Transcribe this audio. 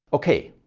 okay,